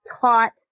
taught